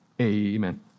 Amen